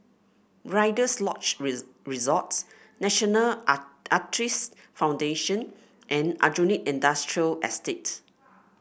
rider's Lodge Resort National Arthritis Foundation and Aljunied Industrial Estate